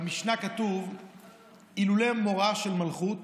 במשנה כתוב "אלמלא מוראה של מלכות,